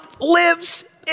lives